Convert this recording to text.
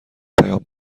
پیام